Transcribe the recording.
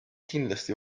kindlasti